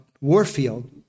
Warfield